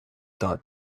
thought